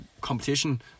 competition